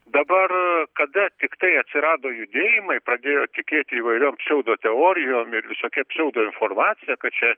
dabar kada tiktai atsirado judėjimai pradėjo tikėti įvairiom pseudoteorijom ir visokia pseudoinformacija kad čia